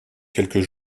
quelques